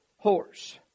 Horse